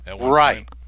Right